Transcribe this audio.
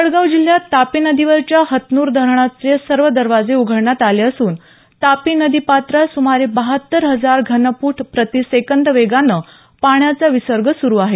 जळगाच जिल्ह्यात तापी नदीवरच्या हतनूर धरणाचे सर्व दरवाजे उघडण्यात आले असून तापी नदी पात्रात सुमारे बहात्तर हजार घनफूट प्रतिसेकंद वेगानं पाण्याचा विसर्ग सुरू आहे